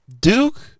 Duke